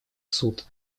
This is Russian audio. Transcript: суд